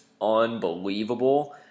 unbelievable